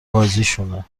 بازیشونه